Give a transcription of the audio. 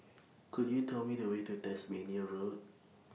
Could YOU Tell Me The Way to Tasmania Road